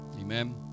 Amen